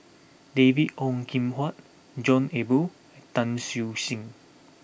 David Ong Kim Huat John Eber Tan Siew Sin